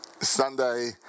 Sunday